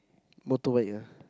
motorbike ya